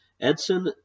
Edson